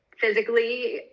physically